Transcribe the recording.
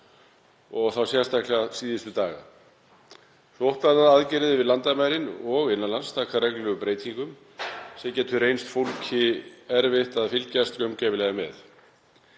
og þá sérstaklega síðustu daga. Sóttvarnaaðgerðir yfir landamærin og innan lands taka reglulegum breytingum sem getur reynst fólki erfitt að fylgjast gaumgæfilega með.